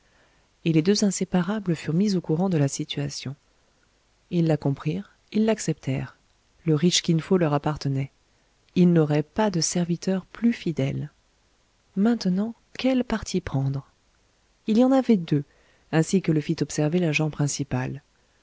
et les deux inséparables furent mis au courant de la situation ils la comprirent ils l'acceptèrent le riche kin fo leur appartenait il n'aurait pas de serviteurs plus fidèles maintenant quel parti prendre il y en avait deux ainsi que le fit observer l'agent principal